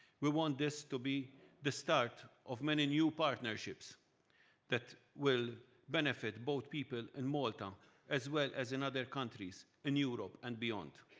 we want this to be the start of many new partnerships that will benefit both people in and malta as well as in other countries and europe and beyond.